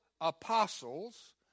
apostles